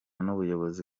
n’ubuyobozi